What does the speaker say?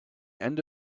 end